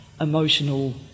emotional